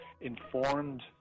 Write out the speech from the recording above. informed